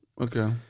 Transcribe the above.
Okay